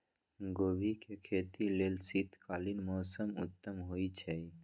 गोभी के खेती लेल शीतकालीन मौसम उत्तम होइ छइ